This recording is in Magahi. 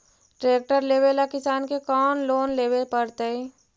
ट्रेक्टर लेवेला किसान के कौन लोन लेवे पड़तई?